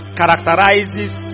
characterizes